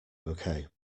bouquet